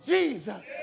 Jesus